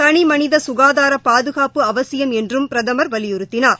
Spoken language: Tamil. தனி மனித சுகாதார பாதுகாப்பு அவசியம் என்றும் பிரதமர் வலியுறுத்தினார்